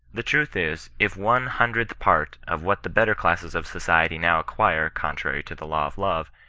the truth is, if one-hundredth part of what the better classes of society now acquire contrary to the law of love,